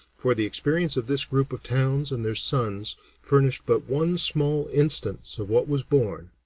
for the experience of this group of towns and their sons furnished but one small instance of what was borne,